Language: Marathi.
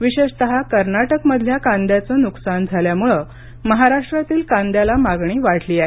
विशेषतः कर्नाटकमधल्या कांद्याचं नुकसान झाल्यामुळे महाराष्ट्रातील कांद्याला मागणी वाढली आहे